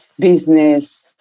business